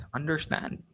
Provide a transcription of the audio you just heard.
understand